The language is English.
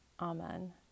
Amen